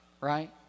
right